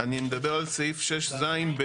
אני מדבר על סעיף 6ז(ב).